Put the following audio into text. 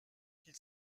qu’il